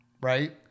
Right